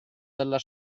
della